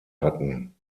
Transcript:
hatten